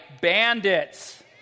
bandits